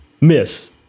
miss